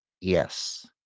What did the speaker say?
Yes